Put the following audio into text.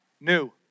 new